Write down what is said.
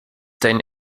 dein